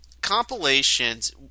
compilations